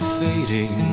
fading